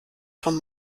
vom